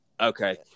Okay